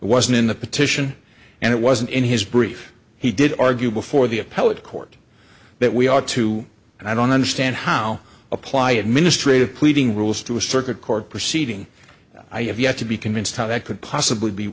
wasn't in the petition and it wasn't in his brief he did argue before the appellate court that we ought to and i don't understand how apply administrative pleading rules to a circuit court proceeding i have yet to be convinced how that could possibly be